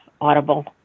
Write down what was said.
Audible